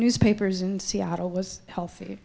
newspapers in seattle was healthy